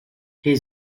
les